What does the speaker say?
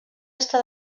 estar